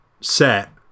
set